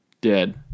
dead